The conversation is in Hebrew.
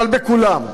אבל בכולם,